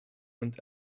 und